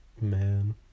Man